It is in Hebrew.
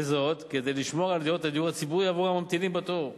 וזאת כדי לשמור על דירות הדיור הציבורי עבור הממתינים בתור,